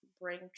bring